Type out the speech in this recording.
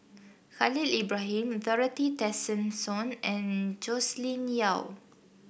Khalil Ibrahim Dorothy Tessensohn and Joscelin Yeo